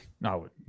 No